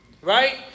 Right